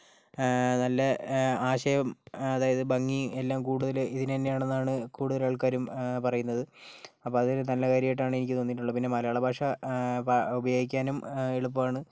നല്ല ആശയം അതായത് ഭംഗി എല്ലാം കൂടുതൽ ഇതിന് തന്നെയാണ് എന്നാണ് കൂടുതൽ ആൾക്കാരും പറയുന്നത് അപ്പോൾ അതൊരു നല്ല കാര്യമായിട്ടാണ് എനിക്ക് തോന്നിയിട്ടുള്ളത് പിന്നെ മലയാള ഭാഷ ഉപയോഗിക്കാനും എളുപ്പമാണ്